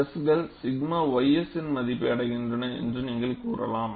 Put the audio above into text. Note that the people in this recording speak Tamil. ஸ்ட்ரெஸ்கள் 𝛔 ys இன் மதிப்பை அடைகின்றன என்று நீங்கள் கூறலாம்